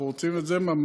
אנחנו רוצים את זה ממש